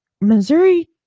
Missouri